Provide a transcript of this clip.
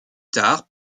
tard